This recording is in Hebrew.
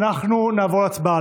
אנחנו נעבור להצבעה.